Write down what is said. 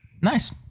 Nice